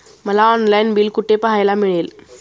मला online bill कुठे पाहायला मिळेल?